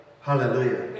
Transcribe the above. Hallelujah